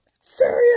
serious